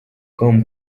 com